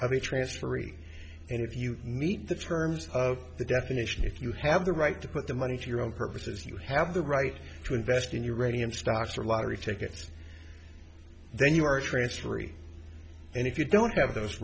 a transferee and if you meet the terms of the definition if you have the right to put the money to your own purposes you have the right to invest in your radium stocks or lottery tickets then you are transferee and if you don't have those